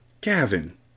Gavin